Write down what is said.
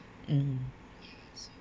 mm